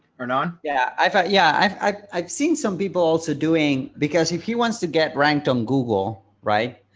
or non yeah, i thought, yeah, i've seen some people also doing because if he wants to get ranked on google, right,